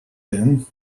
then